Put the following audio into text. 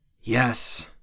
Yes